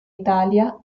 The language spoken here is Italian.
italia